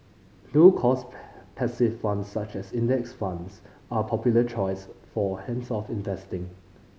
low cost passive funds such as Index Funds are a popular choice for hands off investing